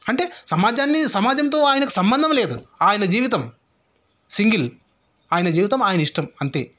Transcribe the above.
అంటే సమాజాన్ని సమాజంతో ఆయనకు సంబంధం లేదు ఆయన జీవితం సింగిల్ ఆయన జీవితం ఆయన ఇష్టం అంతే